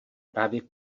právě